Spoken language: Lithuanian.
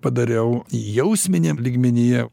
padariau jausminiam lygmenyje